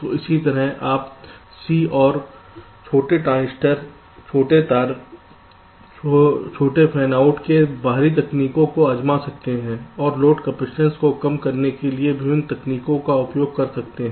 तो इसी तरह आप C और छोटे ट्रांजिस्टर छोटे तारों छोटे फैन आउट के बाहरी तकनीको को आज़मा सकते हैं और लोड कैपेसिटेंस को कम करने के लिए विभिन्न तकनीकों का उपयोग कर सकते हैं